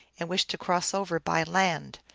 and wished to cross over by land.